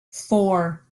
four